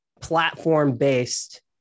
platform-based